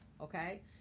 Okay